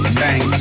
bang